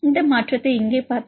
இந்த மாற்றத்தை இங்கே பார்த்தால்